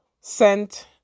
sent